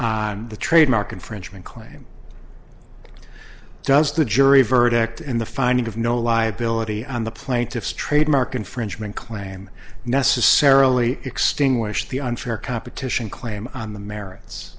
on the trademark infringement claim does the jury verdict in the finding of no liability on the plaintiff's trademark infringement claim necessarily extinguish the unfair competition claim on the merits